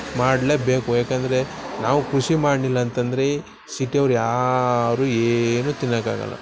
ಮಾಡಲೇಬೇಕು ಯಾಕೆಂದರೆ ನಾವು ಕೃಷಿ ಮಾಡಲಿಲ್ಲ ಅಂತಂದರೆ ಸಿಟಿಯವ್ರು ಯಾರೂ ಏನೂ ತಿನ್ನೋಕಾಗಲ್ಲ